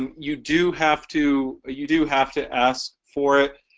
um you do have to you do have to ask for it,